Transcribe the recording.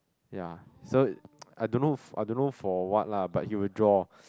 ya so I don't know I don't know for what lah but he will draw